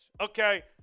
okay